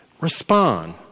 Respond